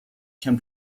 can